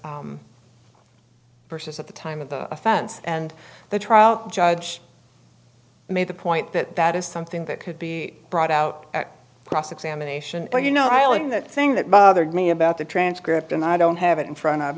versus versus at the time of the offense and the trial judge made the point that that is something that could be brought out at cross examination where you know i like that thing that bothered me about the transcript and i don't have it in front of